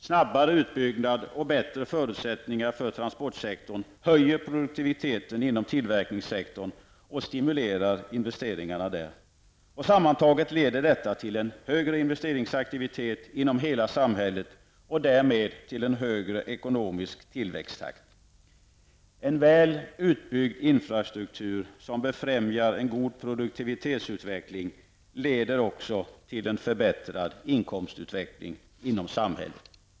Snabbare utbyggnad och bättre förutsättningar för transportsektorn höjer produktiviteten inom tillverkningssektorn och stimulerar investeringarna där. Sammantaget leder detta till en högre investeringsaktivitet inom hela samhället och därmed till en högre ekonomisk tillväxttakt. En väl utbyggd infrastruktur, som befrämjar en god produktivitetsutveckling, leder också till en förbättrad inkomstutveckling inom samhället.